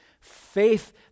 faith